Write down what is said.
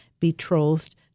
betrothed